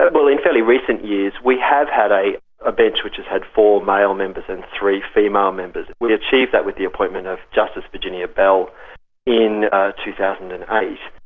ah well, in fairly recent years we have had a ah bench which has had four male members and three female members. we achieved that with the appointment of justice virginia bell in two thousand and eight.